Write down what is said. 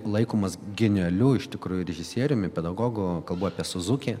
laikomas genialiu iš tikrųjų režisieriumi pedagogu kalbu apie suzuki